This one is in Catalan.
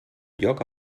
lloc